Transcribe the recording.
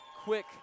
quick